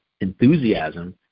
enthusiasm